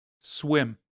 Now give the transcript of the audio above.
swim